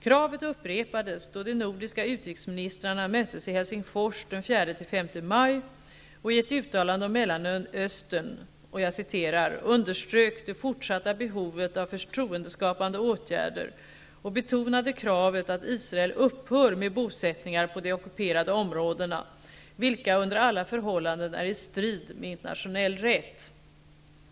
Kravet upprepades då de nordiska utrikesministrarna möttes i Helsingfors den 4--5 ''underströk det fortsatta behovet av förtroendeskapande åtgärder och betonade kravet att Israel upphör med bosättningar på de ockuperade områdena, vilka under alla förhållanden är i strid med internationell rätt''.